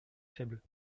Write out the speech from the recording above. faibles